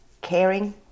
caring